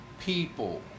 people